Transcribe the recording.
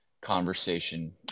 conversation